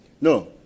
No